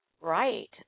right